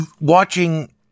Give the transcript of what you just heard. watching